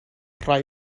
rhai